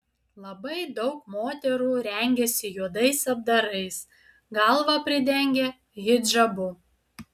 labai daug moterų rengiasi juodais apdarais galvą pridengia hidžabu